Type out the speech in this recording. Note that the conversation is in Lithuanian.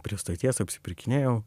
prie stoties apsipirkinėjau